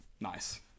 nice